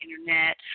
Internet